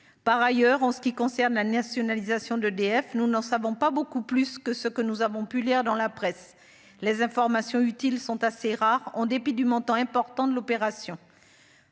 par ailleurs en ce qui concerne la nationalisation d'EDF, nous n'en savons pas beaucoup plus que ce que nous avons pu lire dans la presse, les informations utiles sont assez rares en dépit du montant important de l'opération.